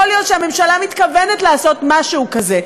יכול להיות שהממשלה מתכוונת לעשות משהו כזה.